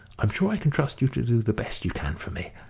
i'm sure i can trust you to do the best you can for me.